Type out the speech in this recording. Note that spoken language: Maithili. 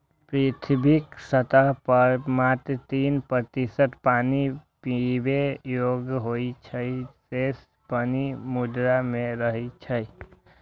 पृथ्वीक सतह पर मात्र तीन प्रतिशत पानि पीबै योग्य होइ छै, शेष पानि समुद्र मे रहै छै